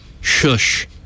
shush